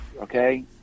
Okay